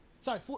Sorry